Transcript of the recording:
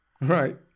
Right